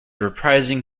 reprising